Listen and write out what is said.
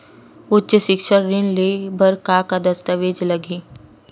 उच्च सिक्छा ऋण ले बर का का दस्तावेज लगही?